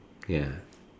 ya